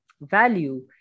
value